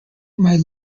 might